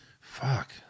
Fuck